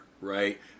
right